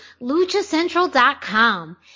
LuchaCentral.com